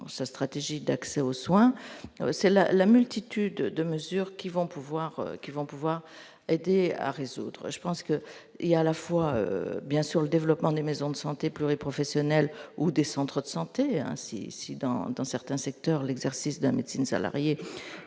sa stratégie d'accès aux soins, c'est la la multitude de mesures qui vont pouvoir qui vont pouvoir aider à résoudre, je pense que il y a à la fois bien sûr le développement des maisons de santé pluri-professionnelle ou des centres de santé ainsi dans dans certains secteurs, l'exercice de la médecine salariée